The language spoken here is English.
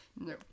no